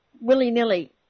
willy-nilly